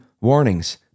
warnings